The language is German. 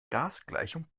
gasgleichung